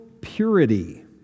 purity